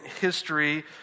history